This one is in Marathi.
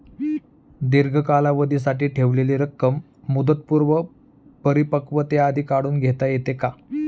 दीर्घ कालावधीसाठी ठेवलेली रक्कम मुदतपूर्व परिपक्वतेआधी काढून घेता येते का?